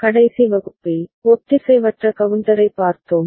கடைசி வகுப்பில் ஒத்திசைவற்ற கவுண்டரைப் பார்த்தோம்